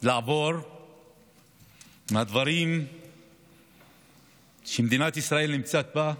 לעבור מהדברים שמדינת ישראל נמצאת בהם,